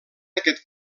aquest